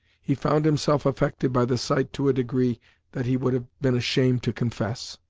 he found himself affected by the sight to a degree that he would have been ashamed to confess.